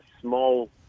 small